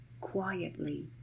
quietly